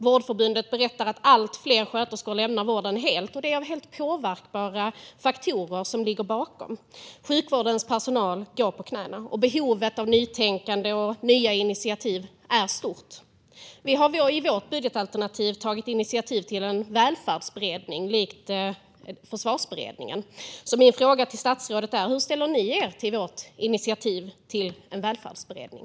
Vårdförbundet berättar att allt fler sköterskor lämnar vården helt - och att det är helt påverkbara faktorer som ligger bakom. Sjukvårdens personal går på knäna, och behovet av nytänkande och nya initiativ är stort. Vi har i vårt budgetalternativ tagit initiativ till att tillsätta en välfärdsberedning, likt Försvarsberedningen. Min fråga till statsrådet är: Hur ställer ni er till vårt initiativ till en välfärdsberedning?